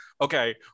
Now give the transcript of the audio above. okay